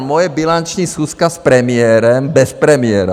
Moje bilanční schůzka s premiérem bez premiéra.